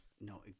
No